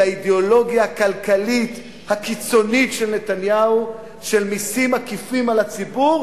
לאידיאולוגיה הכלכלית הקיצונית של נתניהו של מסים עקיפים על הציבור,